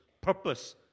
purpose